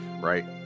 right